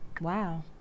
Wow